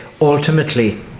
ultimately